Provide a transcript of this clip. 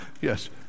yes